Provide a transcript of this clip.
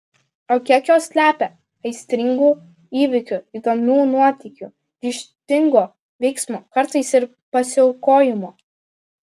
o kiek jos slepia aistringų įvykių įdomių nuotykių ryžtingo veiksmo kartais ir pasiaukojimo